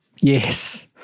Yes